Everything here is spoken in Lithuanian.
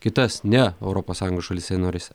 kitas ne europos sąjungos šalyse narėse